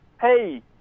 hey